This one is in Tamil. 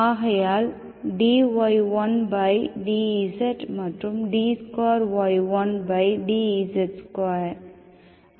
ஆகையால் dy1dz மற்றும் d2y1dz2 அதனால் அது 0 ஆகும்